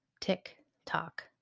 tick-tock